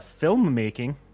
filmmaking